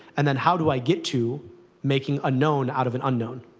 and then, how do i get to making a known out of an unknown.